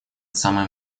самое